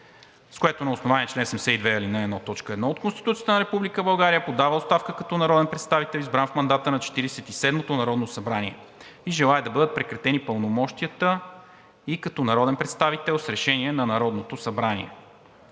с което на основание чл. 72, ал. 1, т. 1 от Конституцията на Република България подава оставка като народен представител, избран в мандата на Четиридесет и седмото народно събрание, и желае да бъдат прекратени пълномощията ѝ като народен представител с решение на Народното събрание.